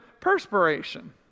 perspiration